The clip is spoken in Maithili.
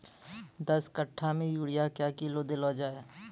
दस कट्ठा मे यूरिया क्या किलो देलो जाय?